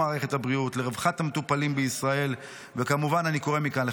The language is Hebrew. אני אקצר ואודה לידידי,